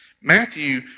Matthew